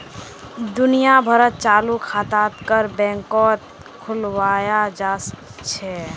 दुनिया भरत चालू खाताक हर बैंकत खुलवाया जा छे